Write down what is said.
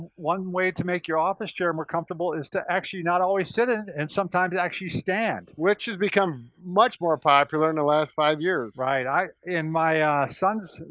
one way to make your office chair more comfortable is to actually not always sit in it and sometimes actually stand. which has become much more popular in the last five years. right, in my ah sons,